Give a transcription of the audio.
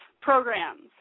programs